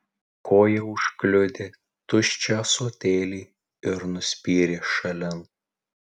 koja užkliudė tuščią ąsotėlį ir nuspyrė šalin